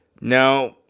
Now